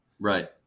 Right